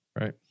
Right